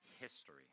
history